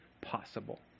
possible